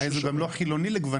בעיניי זה גם לא חילוני לגווניו,